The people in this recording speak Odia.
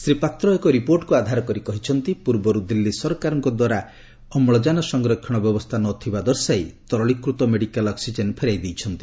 ଶ୍ରୀ ପାତ୍ର ଏକ ରିପୋର୍ଟକୁ ଆଧାର କରି କହିଛନ୍ତି ପୂର୍ବରୁ ଦିଲ୍ଲୀ ସରକାରଙ୍କ ଦ୍ୱାରା ସଂରକ୍ଷଣ ବ୍ୟବସ୍ଥା ନ ଥିବା ଦର୍ଶାଇ ତରଳୀକୃତ ମେଡିକାଲ ଅକ୍ନିଜେନ୍ ଫେରାଇ ଦେଇଛନ୍ତି